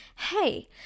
hey